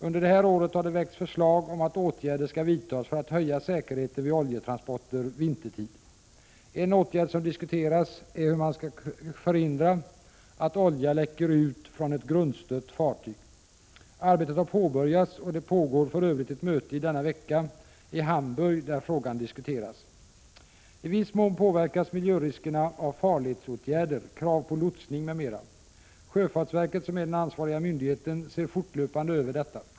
Under det här året har det väckts förslag om att åtgärder skall vidtas för att höja säkerheten vid oljetransporter vintertid. En åtgärd som diskuteras är hur man kan förhindra att olja läcker ut från ett grundstött fartyg. Arbetet har påbörjats, och det pågår för övrigt ett möte i denna vecka i Hamburg där frågan diskuteras. I viss mån påverkas miljöriskerna av farledsåtgärder, krav på lotsning m.m. Sjöfartsverket, som är den ansvariga myndigheten, ser fortlöpande över detta.